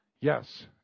Yes